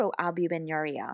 microalbuminuria